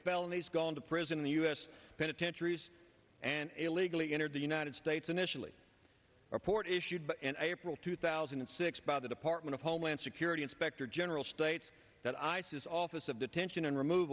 felonies gone to prison in the us penitentiaries and illegally entered the united states initially report issued by april two thousand and six by the department of homeland security inspector general states that ice is office of detention and remov